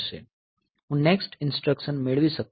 હું next instruction મેળવી શકતો નથી